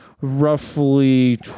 roughly